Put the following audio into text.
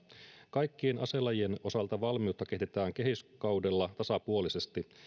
kaikkien aselajien osalta valmiutta kehitetään kehyskaudella tasapuolisesti